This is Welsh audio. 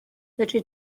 fedri